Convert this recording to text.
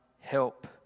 help